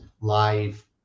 live